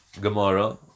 Gemara